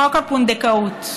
חוק הפונדקאות.